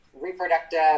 reproductive